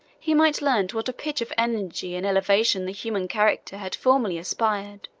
he might learn to what a pitch of energy and elevation the human character had formerly aspired.